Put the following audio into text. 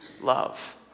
love